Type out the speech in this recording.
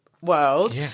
world